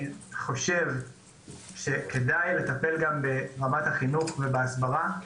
אני חושב שכדאי לטפל גם ברמת החינוך ובהסברה.